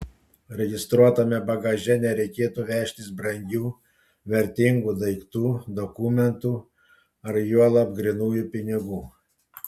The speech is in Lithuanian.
registruotame bagaže nereikėtų vežtis brangių vertingų daiktų dokumentų ar juolab grynųjų pinigų